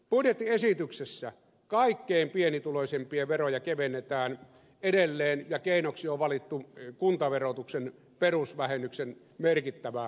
budjettiesityksessä kaikkein pienituloisimpien veroja kevennetään edelleen ja keinoksi on valittu kuntaverotuksen perusvähennyksen merkittävä korottaminen